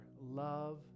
love